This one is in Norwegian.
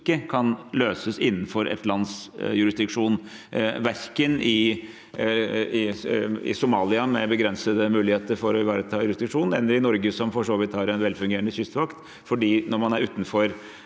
ikke løses innenfor et lands jurisdiksjon, verken i Somalia, med begrensede muligheter for å ivareta jurisdiksjon, eller i Norge, som for så vidt har en velfungerende kystvakt, for når man er utenfor